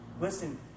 Listen